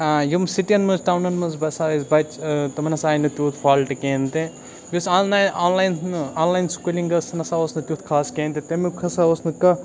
یِم سِٹِیَن منٛز ٹاونَن منٛز بَسان ٲس بَچہِ تِمَن ہَسا آے نہٕ تیوٗت فالٹ کِہیٖنۍ تہِ یُس آنلاین آنلاین آنلاین سکوٗلِںٛگ ٲس سُہ نہ سا اوس نہٕ تیُتھ خاص کِہیٖنۍ تہِ تٔمیُک ہَسا اوس نہٕ کانٛہہ